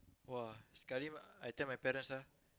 !wah! sekali I tell my parents ah